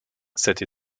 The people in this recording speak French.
cette